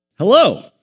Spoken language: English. Hello